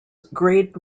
grade